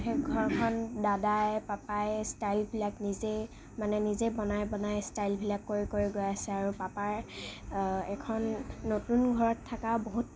সেই ঘৰখন দাদাই পাপায়ে ষ্টাইলবিলাক নিজে মানে নিজেই বনাই বনাই ষ্টাইলবিলাক কৰি কৰি গৈ আছে আৰু পাপাই এখন নতুন ঘৰত থকাৰ বহুত